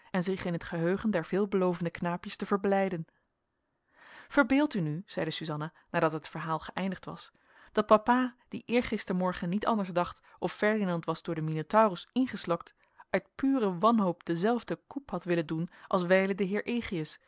en zich in het geheugen der veelbelovende knaapjes te verblijden verbeeld u nu zeide suzanna nadat het verhaal geëindigd was dat papa die eergistermorgen niet anders dacht of ferdinand was door den minotaurus ingeslokt uit pure wanhoop denzelfden coup had willen doen als wijlen de heer